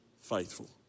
faithful